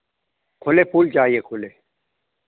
खुले फूल चाहिए खुले